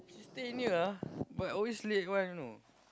she stay near ah but always late [one] you know